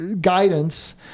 Guidance